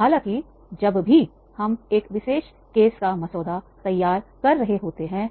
हालांकि जब भी हम एक विशेष मामला का मसौदा तैयार कर रहे होते हैं